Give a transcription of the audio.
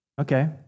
okay